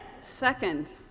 Second